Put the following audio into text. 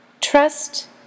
trust